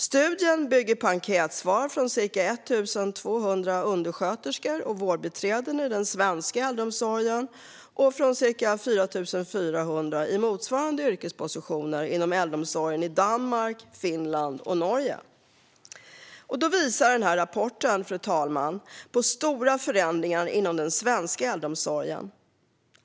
Studien bygger på enkätsvar från ca 1 200 undersköterskor och vårdbiträden i den svenska äldreomsorgen och från ca 4 400 i motsvarande yrkespositioner inom äldreomsorgen i Danmark, Finland och Norge. Rapporten visar på flera stora förändringar inom den svenska äldreomsorgen.